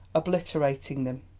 obliterating them.